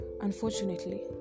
Unfortunately